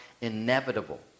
inevitable